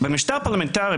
במשטר פרלמנטרי,